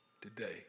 today